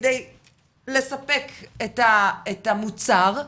כדי לספק את המוצר,